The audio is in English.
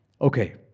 Okay